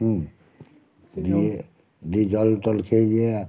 হুম দিয়ে দিয়ে জল টল খেয়ে যে